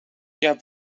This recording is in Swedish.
jag